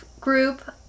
group